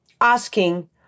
asking